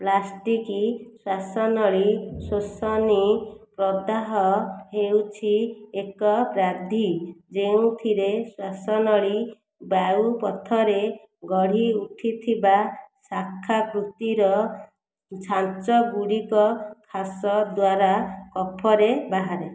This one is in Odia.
ପ୍ଲାଷ୍ଟିକ୍ ଶ୍ଵାସନଳୀ ଶୋଷନୀ ପ୍ରଦାହ ହେଉଛି ଏକ ପ୍ରାଧୀ ଯେଉଁଥିରେ ଶ୍ଵାସନଳୀ ବାୟୁ ପଥରେ ଗଢ଼ି ଉଠିଥିବା ଶାଖାକୃତିର ଛାଞ୍ଚଗୁଡ଼ିକ ଖାସ ଦ୍ୱାରା କଫରେ ବାହାରେ